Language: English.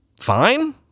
fine